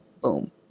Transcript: Boom